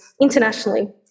internationally